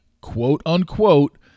quote-unquote